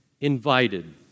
invited